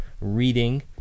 reading